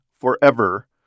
forever